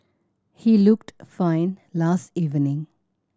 he looked fine last evening